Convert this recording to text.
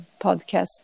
podcast